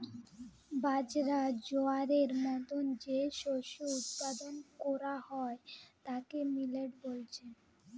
বাজরা, জোয়ারের মতো যে শস্য উৎপাদন কোরা হয় তাকে মিলেট বলছে